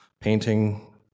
painting